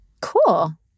cool